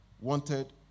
wanted